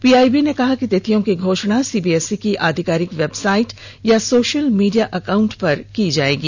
PIB ने कहा कि तिथियों की घोषणा सीबीएसई की आधिकारिक वेबसाइट या सोशल मीडिया अकाउंट पर की जाएगी